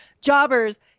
jobbers